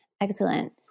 Excellent